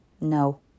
No